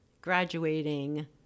graduating